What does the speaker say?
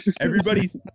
Everybody's